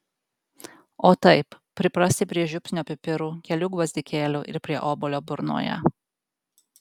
o taip priprasti prie žiupsnio pipirų kelių gvazdikėlių ir prie obuolio burnoje